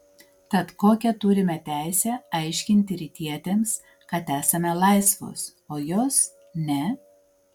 tad kokią turime teisę aiškinti rytietėms kad esame laisvos o jos ne